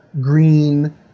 green